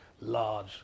large